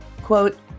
Quote